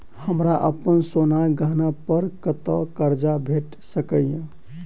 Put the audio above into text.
हमरा अप्पन सोनाक गहना पड़ कतऽ करजा भेटि सकैये?